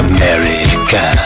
America